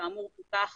שכאמור פותח